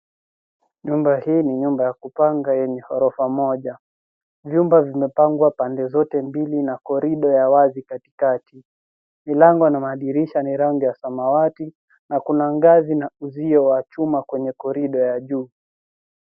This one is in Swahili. Nyumba hii ni nyumba ya kupanga yenye ghorofa moja. Vyumba vimepangwa pande zote mbili na korido ya wazi katikati. Milango na madirisha yenye rangi ya samawati na kuna ngazi na uzio wa chuma kwenye korido ya juu.